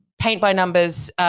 paint-by-numbers